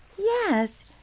Yes